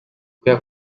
kubera